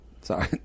sorry